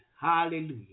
Hallelujah